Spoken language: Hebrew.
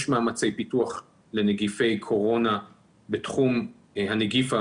יש מאמצי פיתוח לנגיפי קורונה בתחום הנגיף,